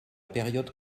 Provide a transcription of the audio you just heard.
période